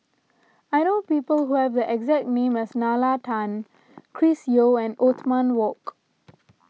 I know people who have the exact name as Nalla Tan Chris Yeo and Othman Wok